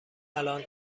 الان